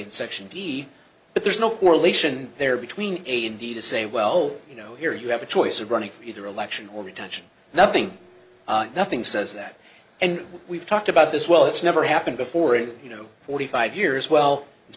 and section d but there's no correlation there between a and b to say well you know here you have a choice of running for either election or retention nothing nothing says that and we've talked about this well it's never happened before and you know forty five years well it's